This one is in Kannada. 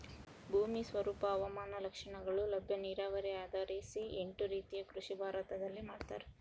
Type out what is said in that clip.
ಭೂಮಿ ಸ್ವರೂಪ ಹವಾಮಾನ ಲಕ್ಷಣಗಳು ಲಭ್ಯ ನೀರಾವರಿ ಆಧರಿಸಿ ಎಂಟು ರೀತಿಯ ಕೃಷಿ ಭಾರತದಲ್ಲಿ ಮಾಡ್ತಾರ